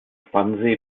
wannsee